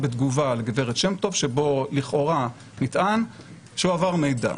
בתגובה לגב' שם טוב שבו לכאורה נטען שהועבר מידע.